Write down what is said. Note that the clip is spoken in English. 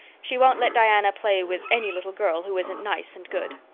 she won't let diana play with any little girl who isn't nice and good.